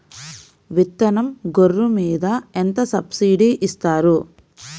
విత్తనం గొర్రు మీద ఎంత సబ్సిడీ ఇస్తారు?